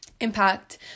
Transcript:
impact